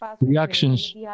reactions